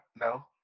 No